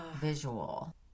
visual